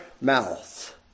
mouth